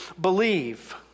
believe